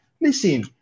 listen